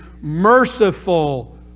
merciful